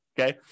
okay